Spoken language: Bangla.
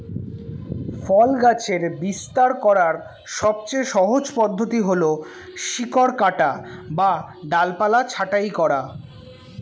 ফল গাছের বিস্তার করার সবচেয়ে সহজ পদ্ধতি হল শিকড় কাটা বা ডালপালা ছাঁটাই করা